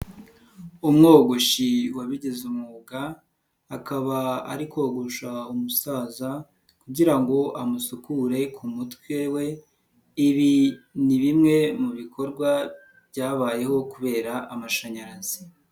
Umwogoshi wabigize umwuga akaba ari kogosha umusaza kugira ngo amusukure ku mutwe we, ibi ni bimwe mu bikorwa byabayeho kubera amashanyarazi.